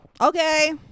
Okay